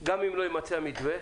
גם אם לא יימצא מתווה,